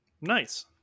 Nice